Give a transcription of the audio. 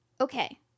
Okay